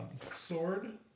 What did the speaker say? sword